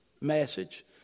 message